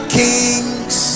kings